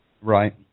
Right